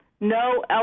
no